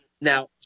Now